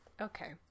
Okay